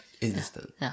Instant